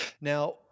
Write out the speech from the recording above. Now